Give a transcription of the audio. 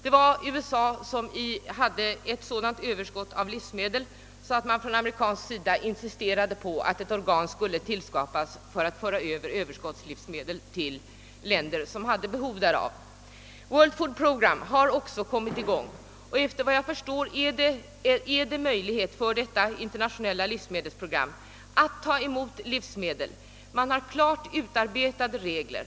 Det var USA, med ett stort överskott av livsmedel, som insisterade på att ett organ skulle skapas med uppgift att föra över överskottslivsmedel till länder som hade behov därav. World Food Program har kommit i gång, och efter vad jag förstår finns det möjlighet för organisationen att ta emot livsmedel. Det finns klart utarbetade regler.